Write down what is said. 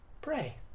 Pray